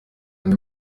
andi